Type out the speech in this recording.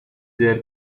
their